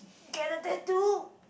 get a tattoo